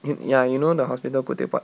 y~ ya you know the hospital khoo teck puat